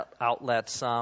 outlets